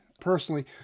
personally